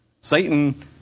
Satan